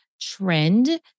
trend